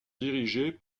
dirigés